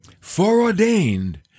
Foreordained